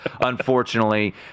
unfortunately